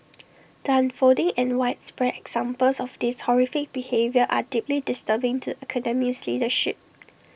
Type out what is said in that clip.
the unfolding and widespread examples of this horrific behaviour are deeply disturbing to the Academy's leadership